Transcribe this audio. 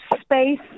space